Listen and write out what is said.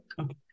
Okay